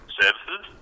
services